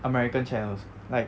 american channels like